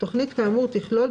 תכנית כאמור תכלול,